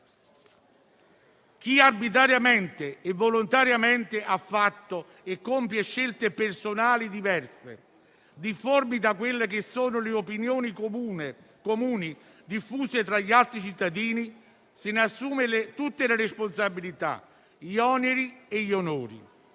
Chi arbitrariamente e volontariamente ha fatto e compie scelte personali diverse, difformi da quelle che sono le opinioni comuni diffuse tra gli altri cittadini, se ne assume tutte le responsabilità, gli oneri e gli onori,